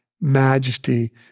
majesty